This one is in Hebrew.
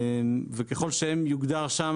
ככל שיוגדר שם